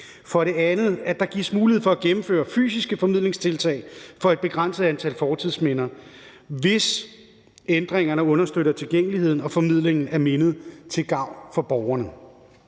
For det andet gives der mulighed for at gennemføre fysiske formidlingstiltag for et begrænset antal fortidsminder, hvis ændringerne understøtter tilgængeligheden og formidlingen af mindet til gavn for borgerne.